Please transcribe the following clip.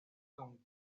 con